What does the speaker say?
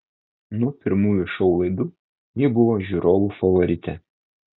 nuo pirmųjų šou laidų ji buvo žiūrovų favoritė